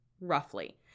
roughly